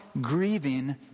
grieving